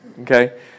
Okay